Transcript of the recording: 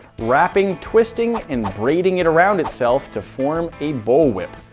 wrapping, twisting, and braiding it around itself to form a bullwhip.